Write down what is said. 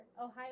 Ohio